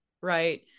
Right